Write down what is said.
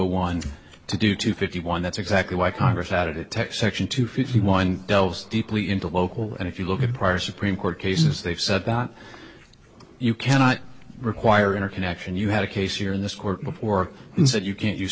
one to do two fifty one that's exactly why congress added it text section two fifty one delves deeply into local and if you look at prior supreme court cases they've said that you cannot require interconnection you had a case here in this court before and said you can't use